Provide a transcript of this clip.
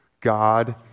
God